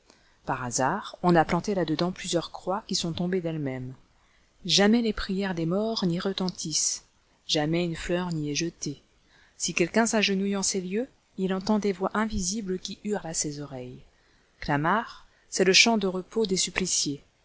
par hasard on a planté là-dedans plusieurs croix qui sont tombées d'elles-mêmes jamais les prières des morts n'y retentissent jamais une fleur n'y est jetée si quelqu'un s'agenouille en ces lieux il entend des voix invisibles qui hurlent à ses oreilles clamart c'est le champ de repos des suppliciés